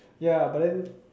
ya but then